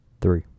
Three